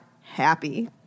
happy